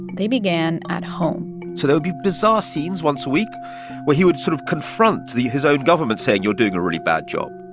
they began at home so there would be bizarre scenes once a week where he would sort of confront his own government, saying, you're doing a really bad job,